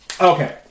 Okay